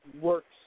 works